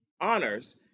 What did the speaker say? honors